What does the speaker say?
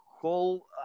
whole